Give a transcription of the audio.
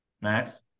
max